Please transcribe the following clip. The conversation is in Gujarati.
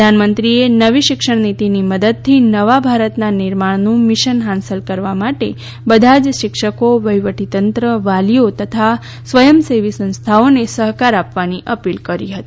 પ્રધાનમંત્રીએ નવી શિક્ષણ નીતીની મદદથી નવા ભારતના નિર્માણનું મિશન હાંસલ કરવા માટે બધા જ શિક્ષકો વહીવટીતંત્ર વાલીઓ તથા સ્વયંસેવી સંસ્થાઓને સહકાર આપવાની અપીલ કરી હતી